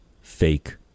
fake